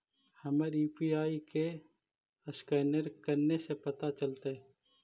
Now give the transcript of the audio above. हमर यु.पी.आई के असकैनर कने से पता चलतै?